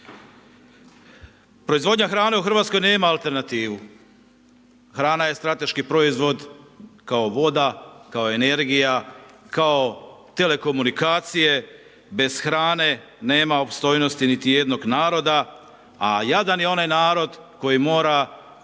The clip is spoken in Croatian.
Proizvodnja hrane u Hrvatskoj nema alternativu. Hrana je strateški proizvod kao voda, kao energija, kao telekomunikacije, bez hrane nema opstojnosti niti jednog naroda a jadan je onaj narod koji mora